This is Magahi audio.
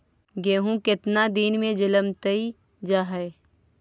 गेहूं केतना दिन में जलमतइ जा है?